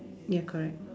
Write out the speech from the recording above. ya correct